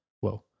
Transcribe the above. whoa